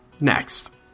Next